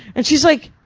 and she's like,